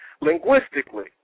Linguistically